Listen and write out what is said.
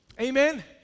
Amen